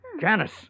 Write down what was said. Janice